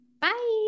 bye